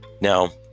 Now